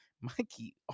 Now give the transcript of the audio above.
Mikey